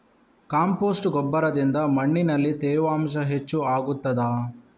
Compost ಗೊಬ್ಬರದಿಂದ ಮಣ್ಣಿನಲ್ಲಿ ತೇವಾಂಶ ಹೆಚ್ಚು ಆಗುತ್ತದಾ?